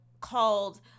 called